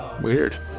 Weird